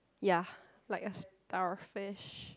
ya like a starfish